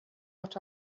what